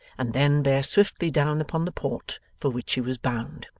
and then bear swiftly down upon the port for which she was bound.